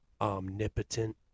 omnipotent